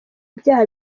ibyaha